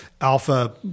alpha